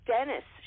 Dennis